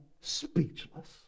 speechless